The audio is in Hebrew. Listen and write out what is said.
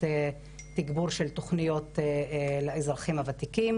תגבור של תוכניות לאזרחים הוותיקים.